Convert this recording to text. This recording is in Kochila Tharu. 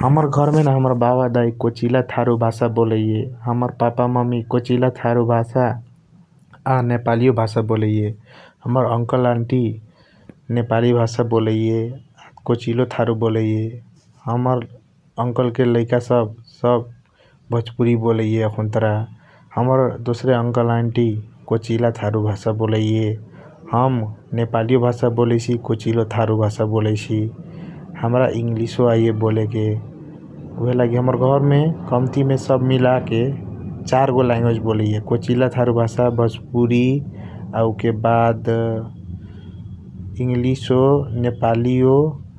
हमर घर मे न हमर बाबा दाइ कोचिला थारु भास बोलैये । हमर ममि पापा कोचिला थारु भास आ नेपाली भासा बोलैये। हमर अन्कल अन्टि नेपाली भासा बोलैये कोचिलो थारु बोलैये हमर अन्कल के लैका सब भोज्पुरि बोलाइया अखुन्त्रा हमर दोस्रे अन्कल अन्टि कोचिला थारु भासा बोलैये । हम नेपालियो भासा कोचिला थारु भासा बोलैसी हमरा इङ्लिस ओ आइये बोलेके उहे लागि हमर घरमे कम्तिमे सब मिलाके चार्गो ल्याङ्युय्ज बोलैये कोचिला थारु भासा भोजपुरी आ उ के बाद इङ्लिसओ नेपाली ओ